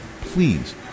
please